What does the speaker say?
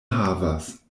havas